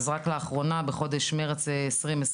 רק לאחרונה בחודש מרץ 2022,